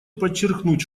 подчеркнуть